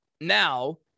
now